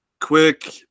quick